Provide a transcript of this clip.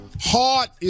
Heart